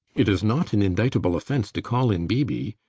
it is not an indictable offense to call in b. b.